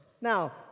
Now